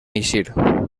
eixir